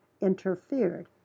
interfered